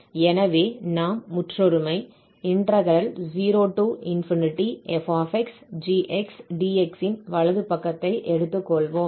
எனவே நாம் முற்றொருமை 0fxgxdx ன் வலது பக்கத்தை எடுத்துக்கொள்வோம்